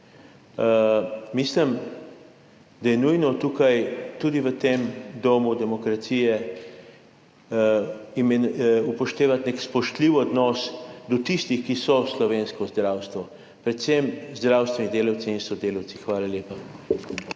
Mislim, da je nujno tukaj, tudi v tem domu demokracije, upoštevati nek spoštljiv odnos do tistih, ki so slovensko zdravstvo, predvsem zdravstveni delavci in sodelavci. Hvala lepa.